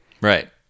Right